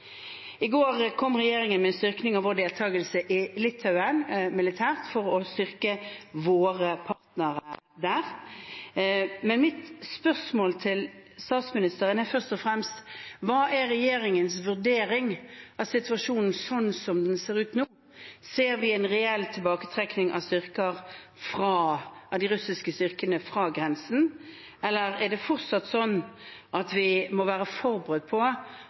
I går kom regjeringen med en styrking av vår deltakelse i Litauen militært, for å styrke våre partnere der. Men mitt spørsmål til statsministeren er først og fremst: Hva er regjeringens vurdering av situasjonen slik den ser ut nå? Ser vi en reell tilbaketrekning av de russiske styrkene fra grensen, eller er det fortsatt slik at vi må være forberedt på